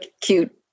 cute